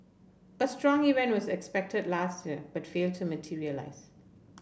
a strong event was expected last year but failed to materialise